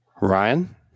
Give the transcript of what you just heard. Ryan